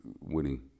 winning